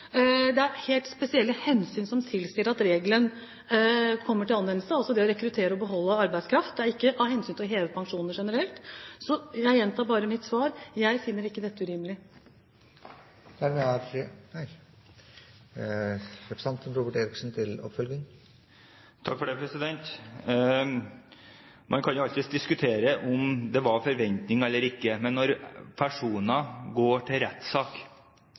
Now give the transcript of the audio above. Det er helt spesielle hensyn som tilsier at reglen kommer til anvendelse, altså det å rekruttere og beholde arbeidskraft. Det er ikke av hensyn til å heve pensjoner generelt. Så jeg gjentar bare mitt svar: Jeg finner ikke dette urimelig. Man kan alltid diskutere om det er forventninger eller ikke, men når personer går til rettssak, har man